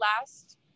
last